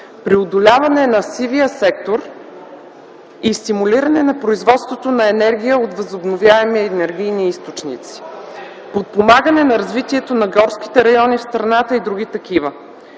преодоляване на сивия сектор и стимулиране на производството на енергия от възобновяеми енергийни източници, подпомагане на развитието на горските райони в страната и други такива”.